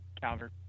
calvert